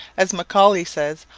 as macaulay says,